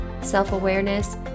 self-awareness